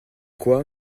quoi